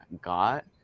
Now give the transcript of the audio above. got